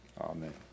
Amen